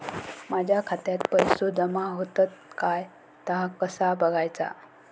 माझ्या खात्यात पैसो जमा होतत काय ता कसा बगायचा?